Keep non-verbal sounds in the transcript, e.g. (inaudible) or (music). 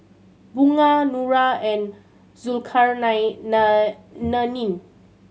Bunga Nura and (unintelligible)